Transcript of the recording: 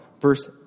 Verse